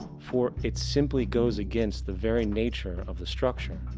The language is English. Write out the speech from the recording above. for it simply goes against the very nature of the structure.